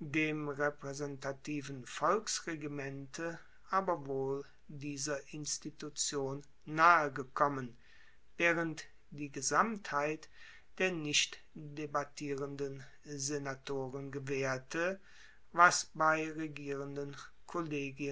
dem repraesentativen volksregimente aber wohl dieser institution nahe gekommen waehrend die gesamtheit der nicht debattierenden senatoren gewaehrte was bei regierenden kollegien